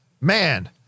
man